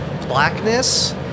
blackness